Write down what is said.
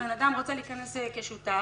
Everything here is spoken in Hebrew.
בן-אדם רוצה להיכנס כשותף,